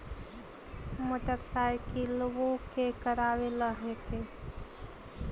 मोटरसाइकिलवो के करावे ल हेकै?